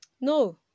No